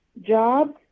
jobs